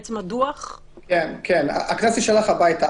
כן, הקנס יישלח הביתה.